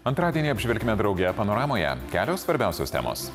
antradienį apžvelkime drauge panoramoje kelios svarbiausios temos